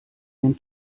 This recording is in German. den